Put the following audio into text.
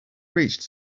reached